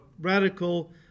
radical